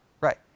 Right